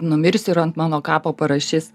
numirsiu ir ant mano kapo parašys